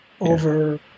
over